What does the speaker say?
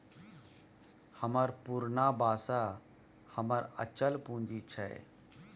हमर पुरना बासा हमर अचल पूंजी छै